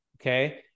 Okay